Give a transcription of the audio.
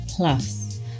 Plus